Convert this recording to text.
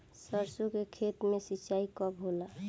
सरसों के खेत मे सिंचाई कब होला?